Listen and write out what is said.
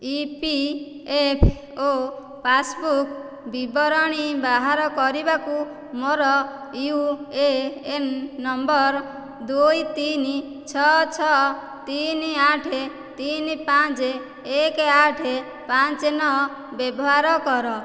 EPFO passbook ବିବରଣୀ ବାହାର କରିବାକୁ ମୋର ୟୁଏଏନ୍ ନମ୍ବର ଦୁଇ ତିନି ଛ ଛ ତିନି ଆଠ ତିନି ପାଞ୍ଚ ଏକ ଆଠ ପାଞ୍ଚ ନଅ ବ୍ୟବହାର କର